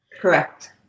Correct